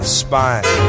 spine